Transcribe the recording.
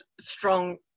strong